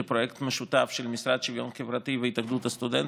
זה פרויקט משותף של המשרד לשוויון חברתי והתאחדות הסטודנטים.